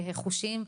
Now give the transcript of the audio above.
קהי חושים,